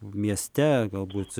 mieste galbūt